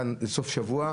כאן לסוף שבוע.